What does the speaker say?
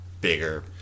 bigger